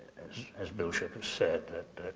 as bill shipp has said that